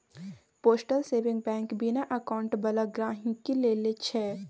postal saving bank बिना account बला गहिंकी लेल छै